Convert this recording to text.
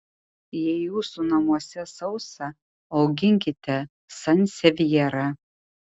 jei jūsų namuose sausa auginkite sansevjerą